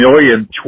million